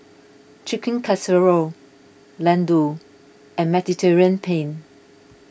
Chicken Casserole Ladoo and Mediterranean Penne